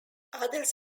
others